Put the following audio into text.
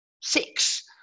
six